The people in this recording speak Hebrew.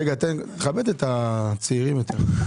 רגע, כבד את הצעירים יותר.